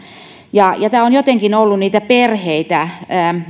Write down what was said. tämä on jotenkin ollut niitä perheitä